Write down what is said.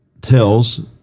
tells